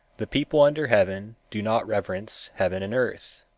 the people under heaven do not reverence heaven and earth,